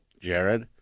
Jared